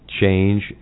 change